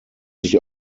sich